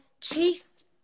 chased